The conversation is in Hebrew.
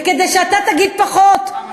וכדי שאתה תגיד פחות.